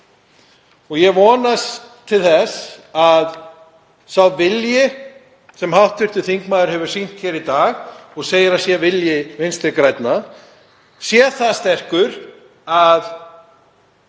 Ég vonast til þess að sá vilji sem hv. þingmaður hefur sýnt í dag, og segir að sé vilji Vinstri grænna, sé það sterkur að